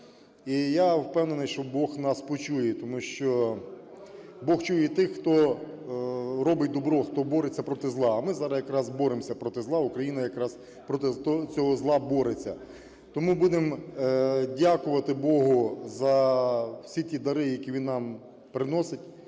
І я впевнений, що Бог нас почує. Тому що Бог чує тих, хто робить добро, хто бореться проти зла. А ми зараз якраз боремось проти зла, Україна якраз проти цього зла бореться. Тому будемо дякувати Богу за всі ті дари, які він нам приносить.